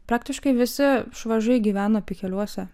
praktiškai visi švažai gyveno pikeliuose